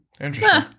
Interesting